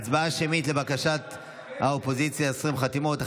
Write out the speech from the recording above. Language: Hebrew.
ההצבעה שמית, לבקשת האופוזיציה, 20 חתימות.